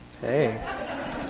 Hey